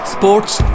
Sports